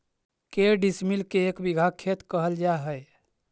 के डिसमिल के एक बिघा खेत कहल जा है?